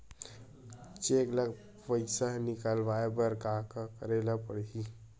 Cheque ले पईसा निकलवाय बर का का करे ल पड़हि?